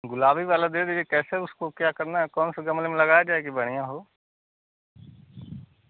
गुलाबी वाला दे दिजये कैसे उसको क्या करना है कौन से गमले में लगाया जाए की बढ़िया हो